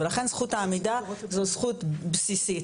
ולכן זכות העמידה זו זכות בסיסית.